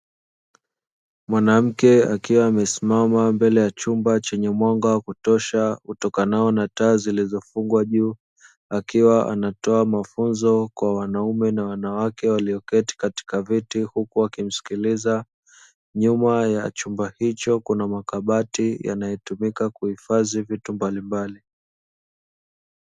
Mwanamke akiwa amesimama mbele ya chumba chenye mwanga wa kutosha utokanao na taa zilzofungwa juu, akiwa anatoa mafunzo kwa wanaume na wanawake walioketi katika viti huku wakimsikiliza. Nyuma ya chumba hicho kuna makabati yanayotumika kuhifadhi vitu mbalimbali.